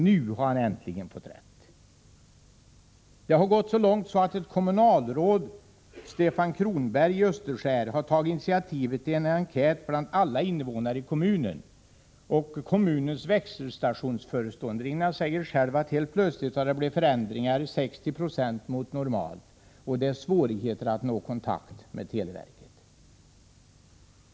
Nu har han äntligen fått rätt. Det har gått så långt att kommunalrådet Stefan Kronberg i Österåker har tagit initiativ till en enkät bland alla invånare i kommunen. Kommunens växelstationsföreståndarinna säger själv att det helt plötsligt blivit förändringar med 60 96 mot normalt i samtalsmarkeringar. Man klagar på att det är svårigheter att nå kontakt med televerket.